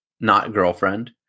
not-girlfriend